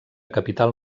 capital